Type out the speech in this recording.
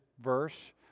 verse